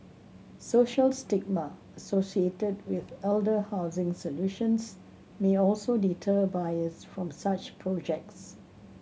social stigma associated with elder housing solutions may also deter buyers from such projects